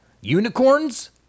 Unicorns